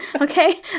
Okay